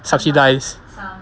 subsidise